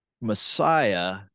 Messiah